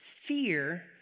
Fear